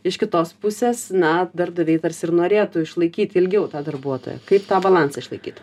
iš kitos pusės na darbdaviai tarsi ir norėtų išlaikyti ilgiau tą darbuotoją kaip tą balansą išlaikyt